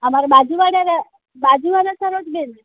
આ અમારા બાજુવાળા બાજુવાળા સરોજ બેન